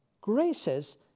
graces